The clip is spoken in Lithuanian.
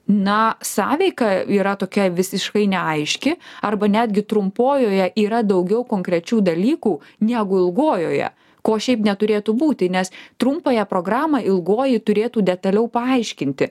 na sąveika yra tokia visiškai neaiški arba netgi trumpojoje yra daugiau konkrečių dalykų negu ilgojoje ko šiaip neturėtų būti nes trumpąją programą ilgoji turėtų detaliau paaiškinti